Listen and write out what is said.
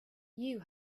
you